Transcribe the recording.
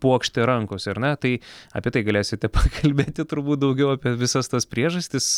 puokšte rankose ar ne tai apie tai galėsite pakalbėti turbūt daugiau apie visas tas priežastis